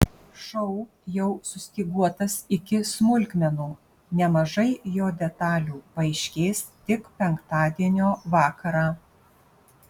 šou jau sustyguotas iki smulkmenų nemažai jo detalių paaiškės tik penktadienio vakarą